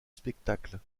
spectacle